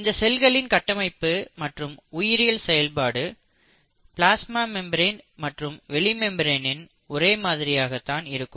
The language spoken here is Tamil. இந்த செல்களின் கட்டமைப்பு மற்றும் உயிரியல் செயல்பாடு பிளாஸ்மா மெம்பரேன் மற்றும் வெளி மெம்பரேனின் ஒரே மாதிரியாக தான் இருக்கும்